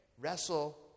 wrestle